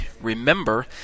Remember